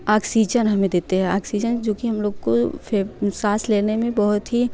oxygen हमें देते हैं ऑक्सीजन जो कि हम लोग को फेप साँस लेने में बहुत ही